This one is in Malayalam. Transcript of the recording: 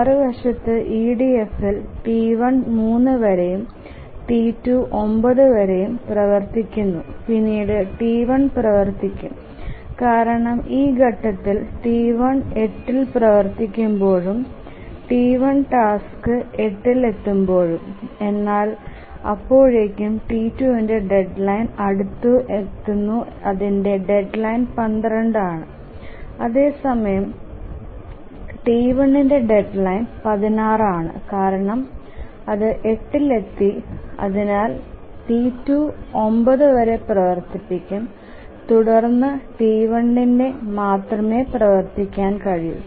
മറുവശത്ത് EDF ൽ T1 3 വരെയും T2 9 വരെയും പ്രവർത്തികുനു പിന്നീട് T1 പ്രവർത്തിക്കും കാരണം ഈ ഘട്ടത്തിൽ T1 8 ൽ പ്രവർത്തിക്കുമ്പോഴും T1 ടാസ്ക് 8 ൽ എത്തുമ്പോഴും എന്നാൽ അപ്പോഴേക്കും T2ന്ടെ ഡെഡ്ലൈൻ അടുത്ത് എത്തുന്നു അതിന്ടെ ഡെഡ്ലൈൻ 12 ആണ് അതേസമയം T1 ന്റെ ഡെഡ്ലൈൻ 16 ആണ് കാരണം അത് 8 ൽ എത്തി അതിനാൽ T2 9 വരെ പ്രവർത്തിക്കും തുടർന്ന് T1 ന് മാത്രമേ പ്രവർത്തിക്കാൻ കഴിയൂ